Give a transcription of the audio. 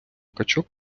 качок